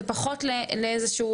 זה פחות לאיזשהו,